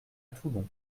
toulon